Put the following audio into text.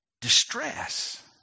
distress